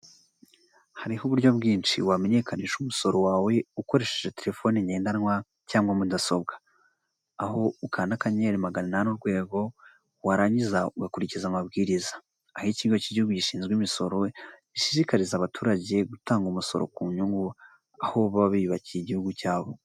Hariho uburyo bwinshi wamenyekanisha umusoro wawe, ukoresheje terefone ngendanwa cyangwa mudasobwa. Aho ukanda akanyenyeri magana inane urwego, warangiza ugakurikiza amabwiriza. Aho ikigo cy'igihugu gishinzwe imisoro gishishikariza abaturage gutanga umusoro ku nyungu. Aho baba biyubakiye igihugu cyabo.